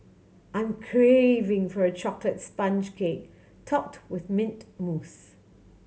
I'm craving for a chocolate sponge cake topped with mint mousse